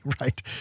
Right